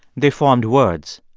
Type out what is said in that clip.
they formed words.